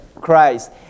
Christ